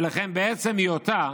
ולכן בעצם היותה